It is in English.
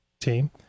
team